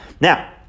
Now